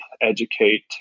educate